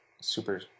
super